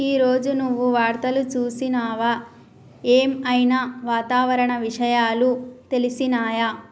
ఈ రోజు నువ్వు వార్తలు చూసినవా? ఏం ఐనా వాతావరణ విషయాలు తెలిసినయా?